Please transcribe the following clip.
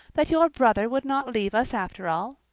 that your brother would not leave us after all?